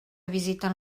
visiten